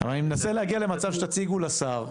--- אבל אני מנסה להגיע למצב שתציגו לשר,